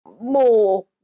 more